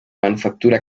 manufactura